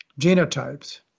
genotypes